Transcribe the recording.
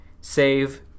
save